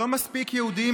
לא מספיק יהודים,